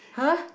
!huh!